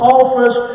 office